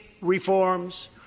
reforms